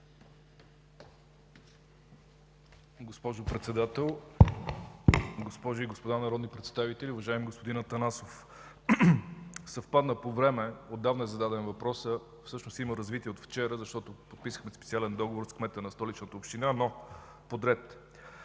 Госпожо Председател, госпожи и господа народни представители, уважаеми господин Атанасов! Съвпадна по време, отдавна е зададен въпросът, всъщност има развитие от вчера, защото подписахме специален договор с кмета на Столичната община, но подред.